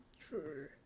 True